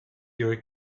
your